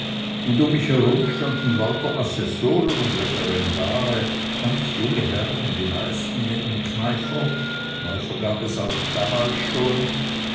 und um mich rum standen lauter assessoren und referendare ganz junge herren die meisten mit nem kneifer kneifer gab es damals auch schon